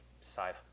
side